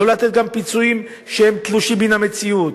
לא לתת גם פיצויים שהם תלושים מן המציאות.